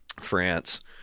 France